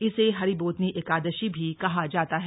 इसे हरिबोधिनी एकादशी भी कहा जाता है